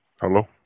Hello